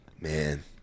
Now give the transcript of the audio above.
Man